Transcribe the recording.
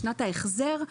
בשנת ההחזר,